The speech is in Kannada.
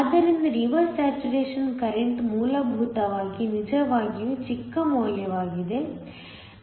ಆದ್ದರಿಂದ ರಿವರ್ಸ್ ಸ್ಯಾಚುರೇಶನ್ ಕರೆಂಟ್ಮೂಲಭೂತವಾಗಿ ನಿಜವಾಗಿಯೂ ಚಿಕ್ಕ ಮೌಲ್ಯವಾಗಿದೆ